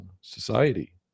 society